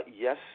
Yes